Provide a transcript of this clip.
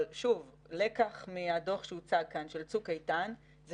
אבל לקח מהדוח של צוק איתן שהוצג כאן הוא